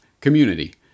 community